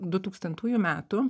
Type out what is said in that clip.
du tūkstantųjų metų